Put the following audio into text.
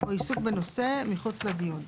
או עיסוק בנושא מחוץ לדיון,